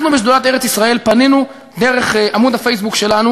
אנחנו בשדולת ארץ-ישראל פנינו דרך עמוד הפייסבוק שלנו